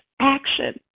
action